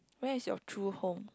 where is your true home